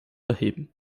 erheben